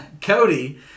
Cody